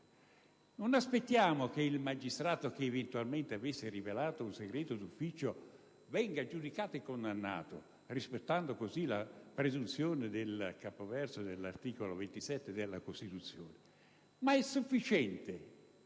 Non si aspetta che il magistrato che avesse eventualmente rivelato un segreto d'ufficio venga giudicato e condannato, rispettando così la presunzione di innocenza di cui all'articolo 27 della Costituzione, ma è sufficiente